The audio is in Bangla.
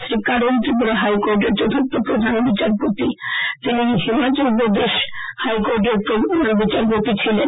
শ্রী কারোল ত্রিপুরা হাইকোর্টের চতুর্থ প্রধান বিচারপতি তিনি হিমাচল প্রদেশ হাইকোর্টের বিচারপতি ছিলেন